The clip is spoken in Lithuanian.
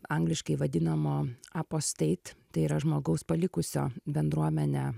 angliškai vadinamo apo state tai yra žmogaus palikusio bendruomenę